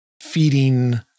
feeding